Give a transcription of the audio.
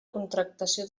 contractació